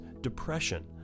depression